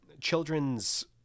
children's